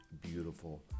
beautiful